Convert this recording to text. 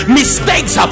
mistakes